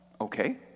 okay